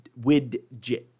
Widget